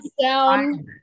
down